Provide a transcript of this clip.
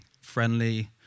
friendly